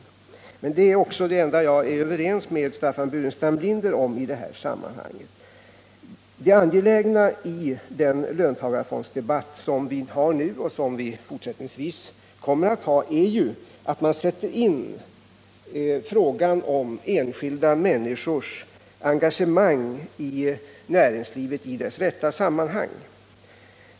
Men det är också det enda som jag är överens med Staffan Burenstam Linder om i detta sammanhang. Det angelägna i den löntagarfondsdebatt som vi har nu och som vi fortsättningsvis kommer att ha är att man sätter in frågan om enskilda människors engagemang i näringslivet i dess rätta sammanhang.